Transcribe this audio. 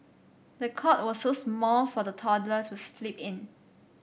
the cot was so small for the toddler to sleep in